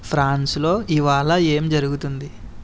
ఫ్రాన్స్లో ఇవాళ ఏం జరుగుతుంది